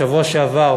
בשבוע שעבר,